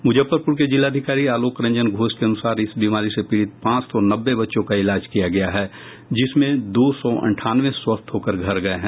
मुजफ्फरपुर के जिलाधिकारी आलोक रंजन घोष के अनुसार इस बीमारी से पीड़ित पांच सौ नब्बे बच्चों का इलाज किया गया है जिसमे दो सौ अंठानवे स्वस्थ्य होकर घर गए हैं